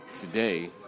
today